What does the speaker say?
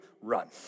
run